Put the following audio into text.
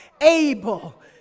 able